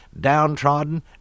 downtrodden